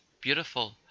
beautiful